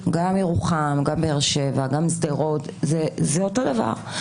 גם ירוחם, גם באר שבע, גם שדרות זה זאת דבר.